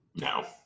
no